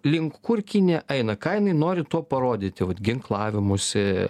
link kur kinija eina ką jinai nori tuo parodyti vat ginklavimusi